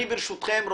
ברשותכם,